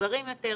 מבוגרים יותר,